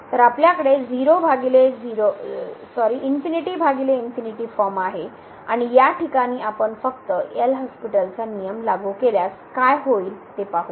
तर आपल्याकडे ∞∞ फॉर्म आहे आणि या ठिकाणी आपण फक्त एल' हॉस्पिटलचा नियम लागू केल्यास काय होईल ते पाहू